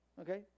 okay